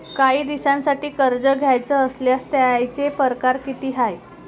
कायी दिसांसाठी कर्ज घ्याचं असल्यास त्यायचे परकार किती हाय?